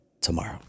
tomorrow